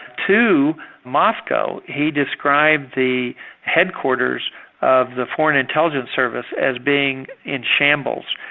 to moscow, he described the headquarters of the foreign intelligence service as being in shambles.